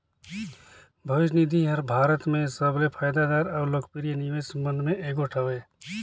भविस निधि हर भारत में सबले फयदादार अउ लोकप्रिय निवेस मन में एगोट हवें